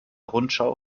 rundschau